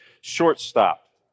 shortstop